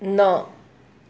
न